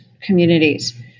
communities